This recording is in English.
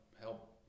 help